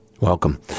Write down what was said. Welcome